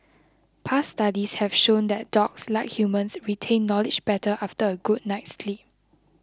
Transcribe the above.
past studies have shown that dogs like humans retain knowledge better after a good night's sleep